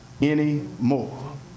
anymore